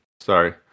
Sorry